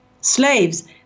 slaves